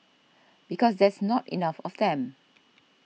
because there's not enough of them